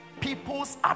people's